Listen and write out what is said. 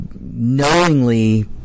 knowingly